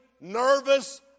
nervous